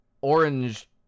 orange